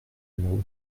numéro